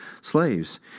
slaves